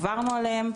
עברנו עליהן,